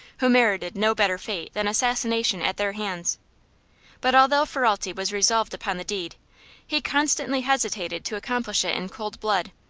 who merited no better fate than assassination at their hands but although ferralti was resolved upon the deed he constantly hesitated to accomplish it in cold blood,